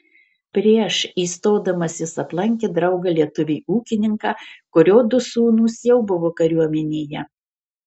prieš įstodamas jis aplankė draugą lietuvį ūkininką kurio du sūnūs jau buvo kariuomenėje